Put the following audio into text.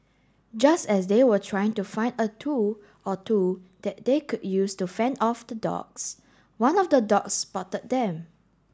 just as they were trying to find a tool or two that they could use to fend off the dogs one of the dogs spotted them